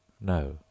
No